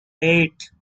eight